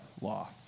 law